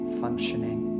functioning